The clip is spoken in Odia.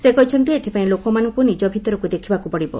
ସେ କହିଛନ୍ତି ଏଥିପାଇଁ ଲୋକମାନଙ୍କୁ ନିଜ ଭିତରକୁ ଦେଖିବାକୁ ପଡ଼ିବ